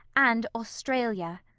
and australia.